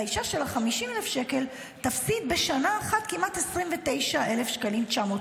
האישה של ה-50,000 שקל תפסיד בשנה אחת כמעט 29,900 שקלים.